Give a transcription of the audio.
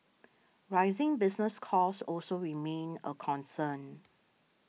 rising business costs also remain a concern